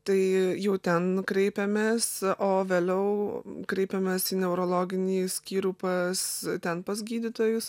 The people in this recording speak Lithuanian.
tai jau ten kreipiamės o vėliau kreipėmės į neurologinį skyrių pas ten pas gydytojus